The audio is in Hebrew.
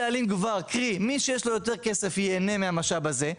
קרי מי שיש לו יותר כסף יהנה מהמשאב הזה?